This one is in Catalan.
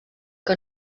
que